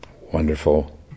Wonderful